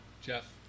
Jeff